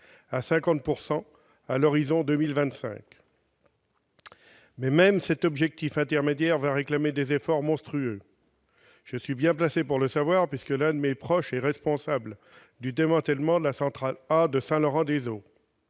à 50 % à l'horizon 2025. Mais même cet objectif intermédiaire va réclamer des efforts monstrueux. Je suis bien placé pour le savoir : un de mes proches est responsable du démantèlement de la centrale de Saint-Laurent-des-Eaux.